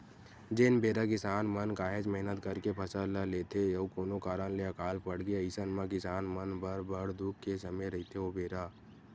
जेन बेरा किसान मन काहेच मेहनत करके फसल ल लेथे अउ कोनो कारन ले अकाल पड़गे अइसन म किसान मन बर बड़ दुख के समे रहिथे ओ बेरा